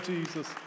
Jesus